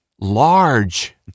large